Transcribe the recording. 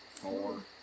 Four